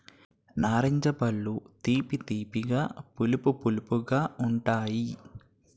నారింజ పళ్ళు తీపి తీపిగా పులుపు పులుపుగా ఉంతాయి